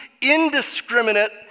indiscriminate